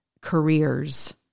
careers